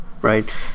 right